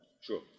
Sure